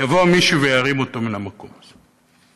יבוא מישהו וירים אותו מן המקום הזה.